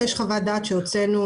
ויש חוות דעת שהוצאנו,